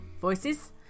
voices